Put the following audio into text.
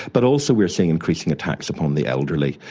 but also we're seeing increasing attacks upon the elderly,